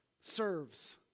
serves